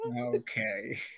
Okay